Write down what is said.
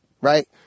right